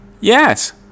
Yes